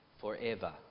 forever